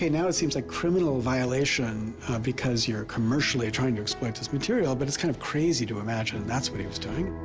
now it seems like criminal violation because you're commercially trying to exploit this material but that's kind of crazy to imagine that's what he was doing.